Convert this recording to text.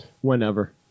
Whenever